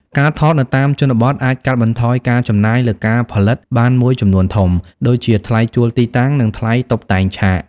ការថតនៅតាមជនបទអាចកាត់បន្ថយការចំណាយលើការផលិតបានមួយចំនួនធំ ដូចជា ថ្លៃជួលទីតាំង និងថ្លៃតុបតែងឆាក។